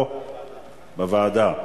--- ועדה.